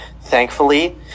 Thankfully